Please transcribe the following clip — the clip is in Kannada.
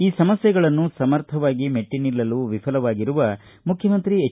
ಈ ಸಮಸ್ಥೆಗಳನ್ನು ಸಮರ್ಥವಾಗಿ ಮೆಟ್ಟ ನಿಲ್ಲಲು ವಿಫಲರಾಗಿರುವ ಮುಖ್ಯಮಂತ್ರಿ ಎಚ್